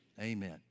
Amen